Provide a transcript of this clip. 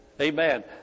Amen